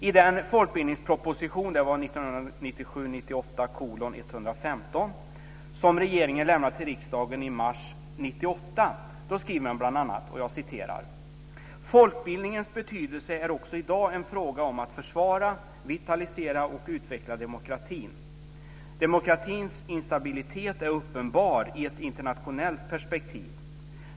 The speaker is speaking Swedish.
I folkbildningsproposition 1997/98:115 som regeringen lämnade till riksdagen i mars 1998 skriver man bl.a.: Folkbildningens betydelse är också i dag en fråga om att försvara, vitalisera och utveckla demokratin. Demokratins instabilitet är uppenbar i ett internationellt perspektiv.